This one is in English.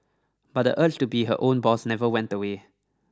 but the urge to be her own boss never went away